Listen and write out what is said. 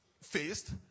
faced